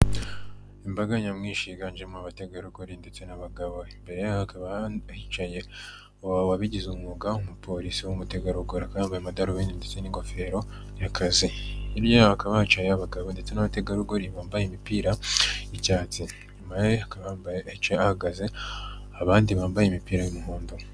Imbaga nyamwinshi yiganjemo abategarugori ndetse n'abagabo, imbere yabo hakaba hicaye uwabigize umwuga w'umupolisi w'umutegarugori akaba yambaye amadarubindi ndetse n'ingofero y'akazi, hirya yabo hakaba hicaye abagabo ndetse n'abategarugori bambaye imipira y'icyatsi, inyuma hakaba hahagaze abandi bambaye imipira y'umuhondo.